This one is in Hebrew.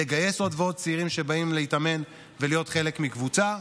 לגייס עוד ועוד צעירים שבאים להתאמן ולהיות חלק מקבוצה.